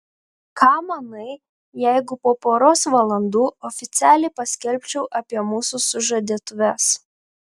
ką manai jeigu po poros valandų oficialiai paskelbčiau apie mūsų sužadėtuves